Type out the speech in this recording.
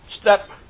step